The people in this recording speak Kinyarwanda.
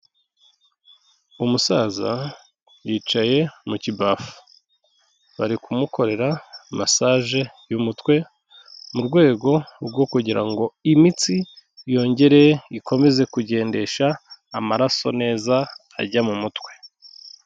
Umusaza yicaye mu kibafu, bari kumukorera massage y'umutwe, mu rwego rwo kugira ngo imitsi yongere ikomeze kugendesha amaraso neza ajya mu mutwe.